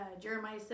Jeremiah